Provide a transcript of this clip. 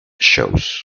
shows